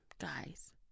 Guys